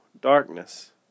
darkness